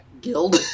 guild